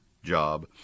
job